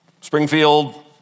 Springfield